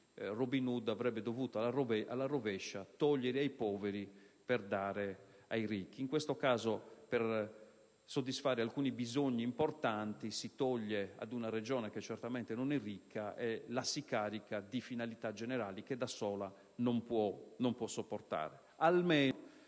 Robin Hood avrebbe dovuto, al rovescio, togliere ai poveri per dare ai ricchi. In questo caso, per soddisfare alcuni bisogni importanti si toglie ad una Regione che certamente non è ricca, caricandola di finalità generali che da sola non può sopportare.